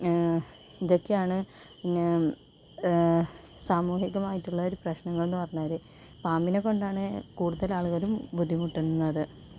ഇതൊക്കെയാണ് പിന്നെ സാമൂഹികമായിട്ടുള്ളൊരു പ്രശ്നങ്ങൾ എന്ന് പറഞ്ഞാല് പാമ്പിനെ കൊണ്ടാണ് കൂടുതൽ ആൾക്കാരും ബുദ്ധിമുട്ടുന്നത്